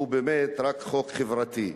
והוא באמת רק חוק חברתי.